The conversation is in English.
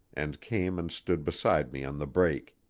and came and stood beside me on the break.